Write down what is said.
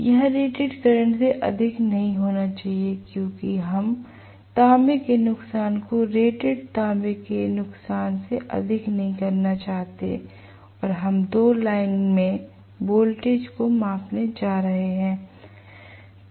यह rated current से अधिक नहीं होना चाहिए क्योंकि हम तांबे के नुकसान को रेटेड तांबे के नुकसान से अधिक नहीं करना चाहते हैं और हम 2 लाइनों में वोल्टेज को मापने जा रहे हैं